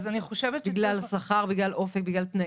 בגלל שכר, בגלל אופק, בגלל תנאים?